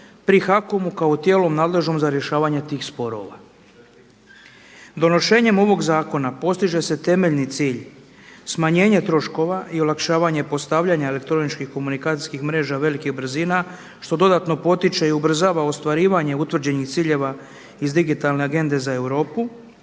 pri HACOM-u kao tijelu nadležnom za rješavanje tih sporova. Donošenjem ovog zakona postiže se temeljni cilj smanjenje troškova i olakšavanje postavljanja elektroničkih komunikacijskih mreža velikih brzina što dodatno potiče i ubrzava ostvarivanje utvrđenih ciljeva iz Digitalne agende za Europu.